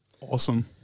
Awesome